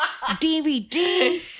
DVD